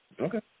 Okay